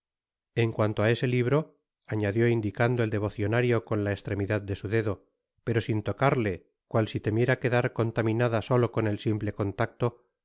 en cuanto á ese libro añadió indicando el devocionario con la estremidad de su dedo pero sin tocarle cual si temiera quedar contaminada solo con el simple contacto